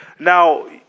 Now